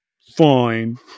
fine